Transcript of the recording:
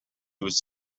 was